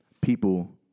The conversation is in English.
people